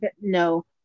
No